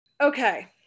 Okay